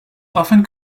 often